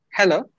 Hello